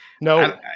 No